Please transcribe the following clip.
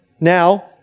Now